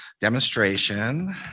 demonstration